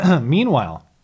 meanwhile